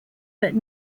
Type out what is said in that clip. but